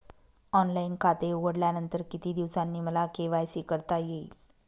Online खाते उघडल्यानंतर किती दिवसांनी मला के.वाय.सी करता येईल?